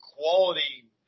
quality